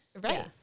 Right